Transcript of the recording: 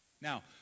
Now